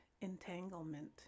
entanglement